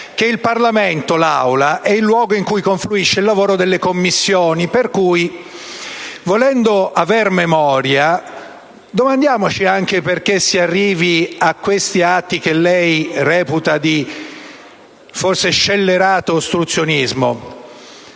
però, che l'Aula è il luogo in cui confluisce il lavoro delle Commissioni; pertanto, volendo avere memoria, domandiamoci anche perché si arrivi a questi atti che lei reputa di ostruzionismo